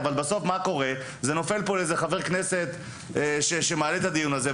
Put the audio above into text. בסוף זה נופל פה לאיזה חבר כנסת שמעלה את הדיון הזה.